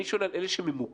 אני שואל לגבי אלה שממופות,